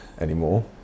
anymore